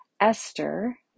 Esther